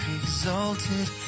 exalted